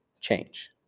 change